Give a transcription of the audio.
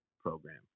program